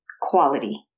quality